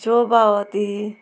शोबावती